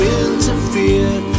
interfere